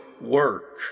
work